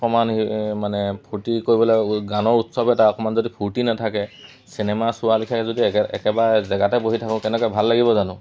অকণমান মানে ফূৰ্তি কৰিবলৈ গানৰ উৎসৱ এটা অকণমান যদি ফূৰ্তি নেথাকে চিনেমা চোৱা লেখীয়াকৈ যদি একেবাৰে জেগাতে বহি থাকোঁ কেনেকৈ ভাল লাগিব জানো